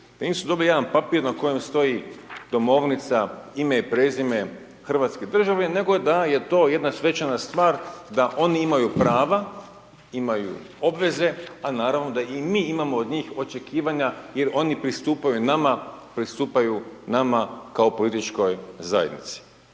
Da nisu dobili jedna papir na kojem stoji Domovnica ime i prezime, hrvatski državljanin, nego da je to jedna svečana stvar, da oni imaju prava, imaju obveze a naravno da i mi imamo od njih očekivanja jer oni pristupaju nama, pristupaju nama kao političkoj zajednici.